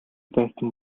байсан